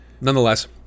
Nonetheless